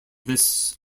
this